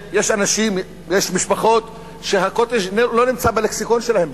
יש משפחות שה"קוטג'" לא נמצא בלקסיקון שלהן,